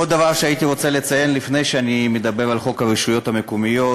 עוד דבר שהייתי רוצה לציין לפני שאני מדבר על חוק הרשויות המקומיות,